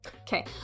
Okay